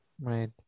Right